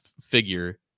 figure